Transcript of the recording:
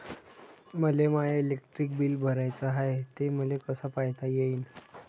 मले माय electric bill भराचं हाय, ते मले कस पायता येईन?